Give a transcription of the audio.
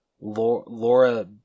Laura